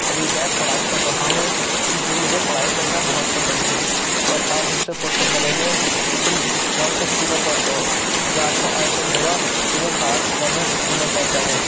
ابھی میں پڑھائی کر رہا ہوں کیونکہ مجھے پڑھائی کرنا بہت پسند ہے اور آپ مجھ سے کویشچن کریں گے کہ تم کون سے اسکول میں پڑھتے ہو میں آپ کو آنسر دوں گا کہ میں بھارت کانوینٹ اسکول میں پڑھتا ہوں